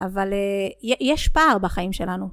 אבל יש פער בחיים שלנו.